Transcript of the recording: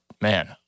man